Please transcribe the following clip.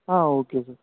ah okay sir